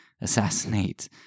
assassinate